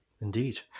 Indeed